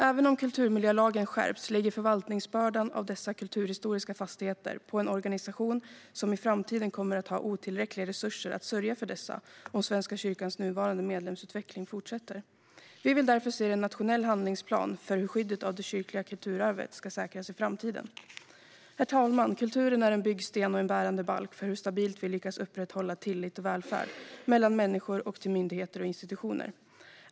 Även om kulturmiljölagen skärps ligger förvaltningsbördan för dessa kulturhistoriska fastigheter på en organisation som i framtiden kommer att ha otillräckliga resurser att sörja för dessa om Svenska kyrkans nuvarande medlemsutveckling fortsätter. Vi vill därför se en nationell handlingsplan för hur skyddet av det kyrkliga kulturarvet ska säkras i framtiden. Herr talman! Kulturen är en byggsten och en bärande balk för hur stabilt vi lyckas upprätthålla välfärd och tillit mellan människor och till myndigheter och institutioner.